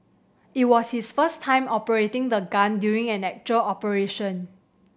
it was his first time operating the gun during an actual operation